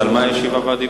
אז על מה הישיבה והדיבור?